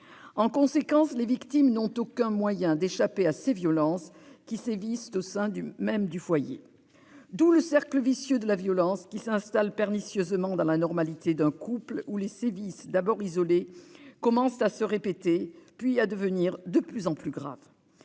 En conséquence, les victimes n'ont aucun moyen d'échapper à ces violences, qui sévissent au sein même du foyer. D'où le cercle vicieux de la violence, qui s'installe de manière pernicieuse dans la normalité d'un couple, où les sévices, tout d'abord isolés, commencent à se répéter, puis à devenir de plus en plus graves.